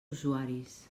usuaris